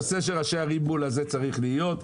הנושא של ראשי הערים מול הזה צריך להיות.